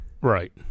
Right